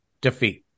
defeat